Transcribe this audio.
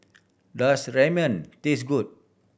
does Ramen taste good